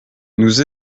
nous